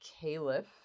caliph